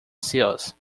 seals